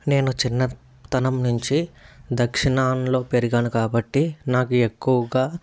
నేను చిన్నతనం నుంచి దక్షిణంలో పెరిగాను కాబట్టి నాకు ఎక్కువగా